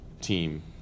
team